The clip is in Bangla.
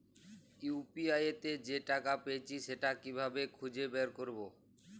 ইউ.পি.আই তে যে টাকা পেয়েছি সেটা কিভাবে খুঁজে বের করবো?